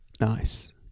Nice